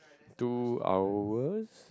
two hours